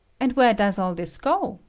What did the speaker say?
and where does all this go?